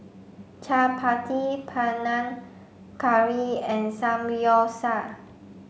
Chapati Panang Curry and Samgyeopsal